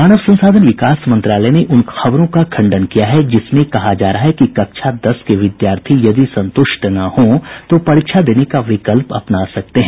मानव संसाधन विकास मंत्रालय ने उन खबरों का खंडन किया है कि जिसमें कहा जा रहा है कि कक्षा दस के विद्यार्थी यदि संतुष्ट न हों तो परीक्षा देने का विकल्प अपना सकते हैं